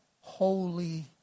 holy